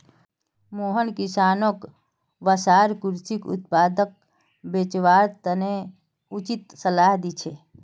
मोहन किसानोंक वसार कृषि उत्पादक बेचवार तने उचित सलाह दी छे